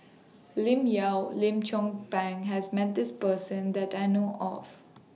Lim Yau Lim Chong Pang has Met This Person that I know of